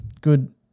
good